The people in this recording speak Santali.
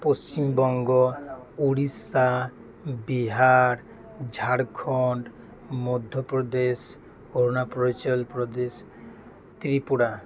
ᱯᱚᱥᱪᱤᱢ ᱵᱚᱝᱜᱚ ᱩᱲᱤᱥᱥᱟ ᱵᱤᱦᱟᱨ ᱡᱷᱟᱲᱠᱷᱚᱸᱰ ᱢᱚᱫᱽᱫᱷᱚ ᱯᱨᱚᱫᱮᱥ ᱚᱨᱩᱱᱟᱪᱚᱞ ᱯᱨᱚᱫᱮᱥ ᱛᱨᱤᱯᱩᱨᱟ